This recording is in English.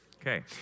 Okay